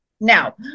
Now